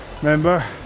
Remember